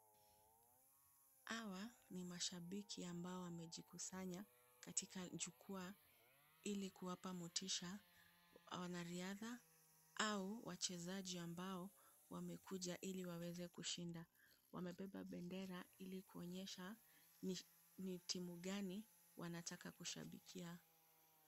Hawa ni mashabiki ambao wamejikusanya katika jukwaa ili kuwapa motisha wanariadha au wachezaji ambao wamekuja ili waweze kushinda. Wamebeba bendera ili kuonyesha ni timu gani wanataka kushabikia.